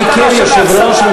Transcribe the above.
יושב-ראש.